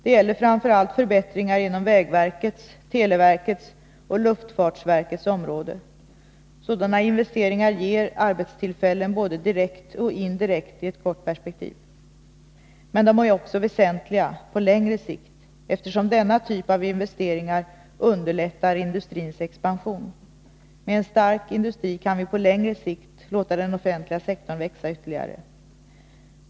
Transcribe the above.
Det gäller framför allt förbättringar inom vägverkets, televerkets och luftfartsverkets områden. Sådana investeringar ger arbetstillfällen både direkt och indirekt i ett kort perspektiv. Men de är också väsentliga på längre sikt, eftersom denna typ av investeringar underlättar industrins expansion. Med en stark industri kan vi på längre sikt låta den offentliga sektorn växa ytterligare.